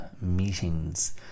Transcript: meetings